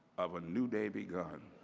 of a new day begun.